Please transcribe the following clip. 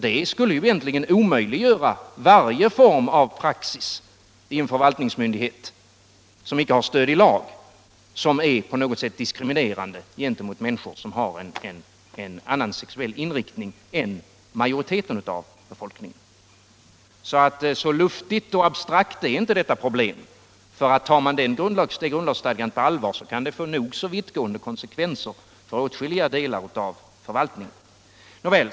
Det skulle egentligen i en förvaltningsmyndighet omöjliggöra varje form av praxis som inte har stöd i lag och som är på något sätt diskriminerande mot människor som har en annan sexuell inriktning än majoriteten av befolkningen. Så lustigt och abstrakt är alltså inte detta problem. Tar man detta grundlagsstadgande på allvar kan det få nog så vittgående konsekvenser för åtskilliga delar av förvaltningen. Nåväl.